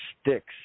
sticks